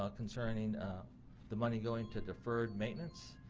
ah concerning the money going to deferred maintenance